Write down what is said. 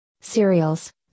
cereals